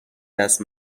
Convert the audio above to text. دست